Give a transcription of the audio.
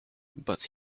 but